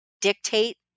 dictate